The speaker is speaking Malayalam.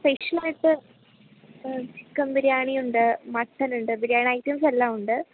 സ്പെഷ്യലായിട്ട് ചിക്കൻ ബിരിയാണി ഉണ്ട് മട്ടൻ ഉണ്ട് ബിരിയാണി ഐറ്റംസ് എല്ലാം ഉണ്ട്